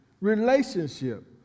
relationship